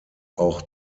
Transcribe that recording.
auch